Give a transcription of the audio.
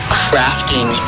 crafting